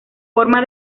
forma